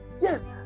yes